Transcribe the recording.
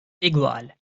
igual